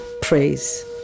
praise